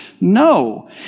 No